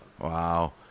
Wow